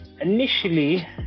initially